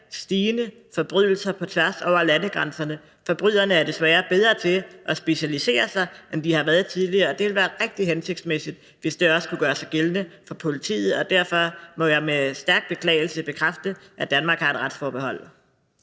stigende antal forbrydelser på tværs af landegrænserne. Forbryderne er desværre bedre til at specialisere sig, end de har været tidligere, og det ville være rigtig hensigtsmæssigt, hvis det også kunne gøre sig gældende for politiet. Derfor må jeg med stærk beklagelse bekræfte, at Danmark har et retsforbehold.